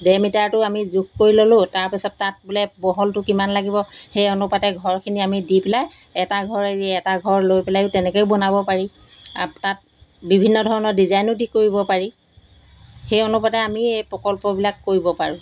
ডেৰ মিটাৰটো আমি জোখ কৰি ল'লোঁ তাৰপিছত তাত বোলে বহলটো কিমান লাগিব সেই অনুপাতে ঘৰখিনি আমি দি পেলাই এটা ঘৰ এৰি এটা ঘৰ লৈ পেলাইও তেনেকৈও বনাব পাৰি তাত বিভিন্ন ধৰণৰ ডিজাইনো দি কৰিব পাৰি সেই অনুপাতে আমি এই প্ৰকল্পবিলাক কৰিব পাৰোঁ